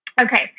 Okay